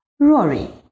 Rory